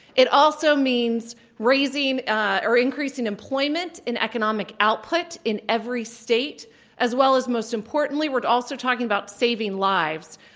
it also means raising or increasing employment and economic output in every state as well as most importantly we're also talking about saving lives.